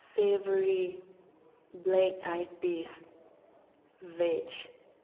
savory black eye peas veg